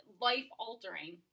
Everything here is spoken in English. life-altering